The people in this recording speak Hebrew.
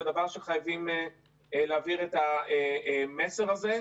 חייבים להעביר את המסר הזה.